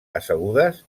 assegudes